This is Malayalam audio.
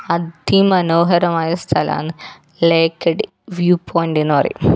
അതിമനോഹരമായ സ്ഥലമാണ് ലേക്കടി വ്യൂ പോയിൻ്റ് എന്ന് പറയും